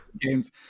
games